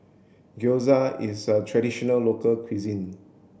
gyoza is a traditional local cuisine